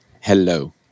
Hello